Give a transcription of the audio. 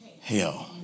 hell